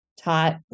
taught